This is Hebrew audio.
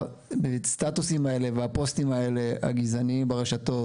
הסטטוסים האלה והפוסטים האלה הגזעניים ברשתות,